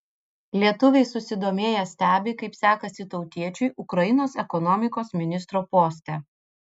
lietuviai susidomėję stebi kaip sekasi tautiečiui ukrainos ekonomikos ministro poste